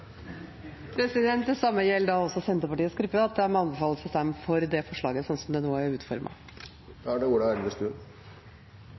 Det samme gjelder også Senterpartiets gruppe – at de anbefales å stemme for det forslaget, slik det nå er